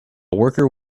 worker